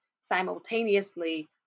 Simultaneously